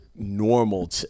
normal